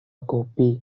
kopi